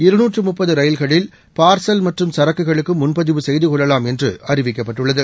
இருநூற்றுமுப்பதுரயில்களில் parcel மற்றும் சரக்குகளுக்கும் முன்பதிவு செய்துகொள்ளலாம் என்றுஅறிவிக்கப்பட்டுள்ளது